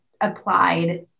applied